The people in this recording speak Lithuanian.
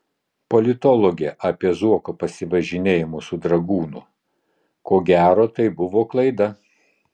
politologė apie zuoko pasivažinėjimus su dragūnu ko gero tai buvo klaida